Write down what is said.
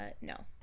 no